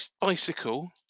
bicycle